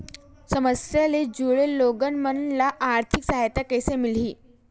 समस्या ले जुड़े लोगन मन ल आर्थिक सहायता कइसे मिलही?